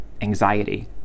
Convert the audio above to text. anxiety